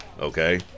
okay